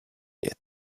yet